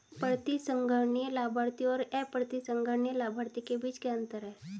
प्रतिसंहरणीय लाभार्थी और अप्रतिसंहरणीय लाभार्थी के बीच क्या अंतर है?